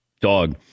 dog